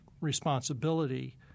responsibility